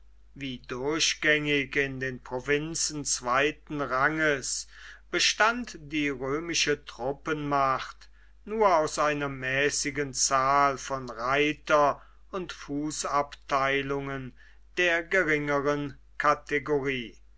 wie durchgängig in den provinzen zweiten ranges bestand die römische truppenmacht nur aus einer mäßigen zahl von reiter und fußabteilungen der geringeren kategorie